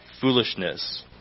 foolishness